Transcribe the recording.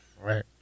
right